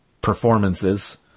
performances